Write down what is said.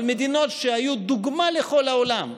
אבל מדינות שהיו דוגמה לכל העולם,